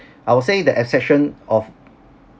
I would say the exception of